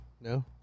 no